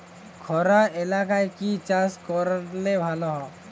খরা এলাকায় কি চাষ করলে ভালো?